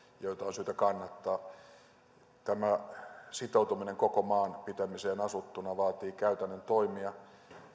joita on syytä kannattaa tämä sitoutuminen koko maan pitämiseen asuttuna vaatii käytännön toimia